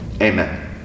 amen